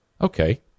Okay